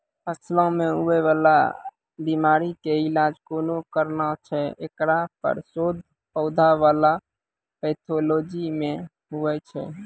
फसलो मे हुवै वाला बीमारी के इलाज कोना करना छै हेकरो पर शोध पौधा बला पैथोलॉजी मे हुवे छै